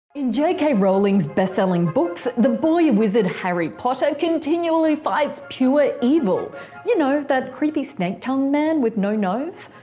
in j. k. rowling's best-selling books, the boy wizard harry potter continually fights pure evil you know, that creepy snake tongue man with no nose.